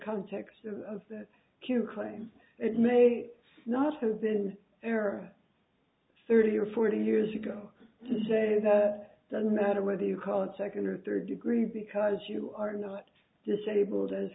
context of the cure claim it may not have been error thirty or forty years ago today that doesn't matter whether you call it second or third degree because you are not disabled a